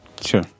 Sure